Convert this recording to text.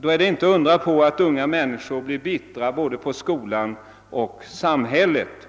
på det sättet är det inte att undra på att unga människor blir bittra på både skolan och samhället.